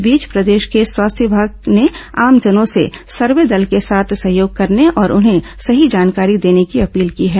इस बीच प्रदेश के स्वास्थ्य विमाग ने आमजनों से सर्वे दल के साथ सहयोग करने और उन्हें सही जानकारी देने की अपील की है